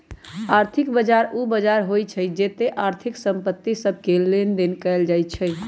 आर्थिक बजार उ बजार होइ छइ जेत्ते आर्थिक संपत्ति सभके लेनदेन कएल जाइ छइ